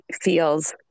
feels